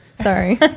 Sorry